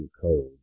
cold